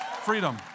Freedom